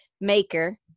Maker